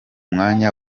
mwanya